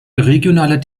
regionaler